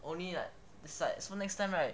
only like the site so next time right